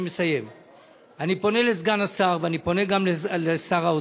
אני פונה לסגן השר ופונה גם לשר האוצר.